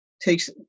takes